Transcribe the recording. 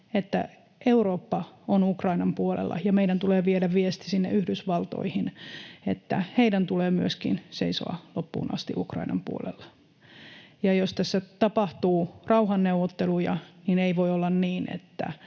että Eurooppa on Ukrainan puolella, ja meidän tulee viedä viesti sinne Yhdysvaltoihin, että myöskin heidän tulee seisoa loppuun asti Ukrainan puolella. Ja jos tässä tapahtuu rauhanneuvotteluja, niin ei voi olla niin, että